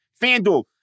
FanDuel